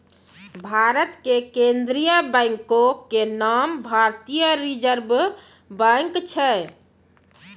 भारत के केन्द्रीय बैंको के नाम भारतीय रिजर्व बैंक छै